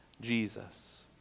Jesus